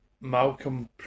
Malcolm